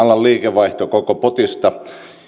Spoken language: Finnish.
liikevaihto koko potista